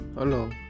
Hello